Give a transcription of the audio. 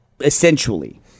Essentially